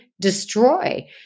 destroy